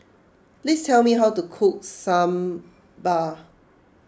please tell me how to cook Sambar